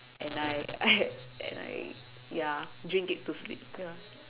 and I I and I ya drink it to sleep ya